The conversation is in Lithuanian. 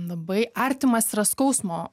labai artimas yra skausmo